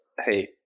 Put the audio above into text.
hey